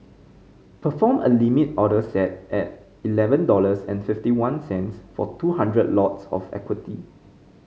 perform a Limit order set at eleven dollars and fifty one cents for two hundred lots of equity